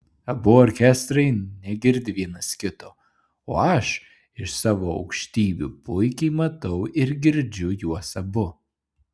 abu orkestrai negirdi vienas kito o aš iš savo aukštybių puikiai matau ir girdžiu juos abu